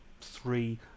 three